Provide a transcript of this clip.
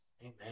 Amen